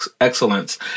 excellence